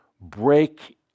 break